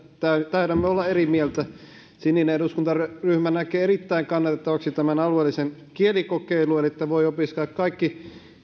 taidamme olla eri mieltä sininen eduskuntaryhmä näkee erittäin kannatettavana tämän alueellisen kielikokeilun eli että voi opiskella kaikki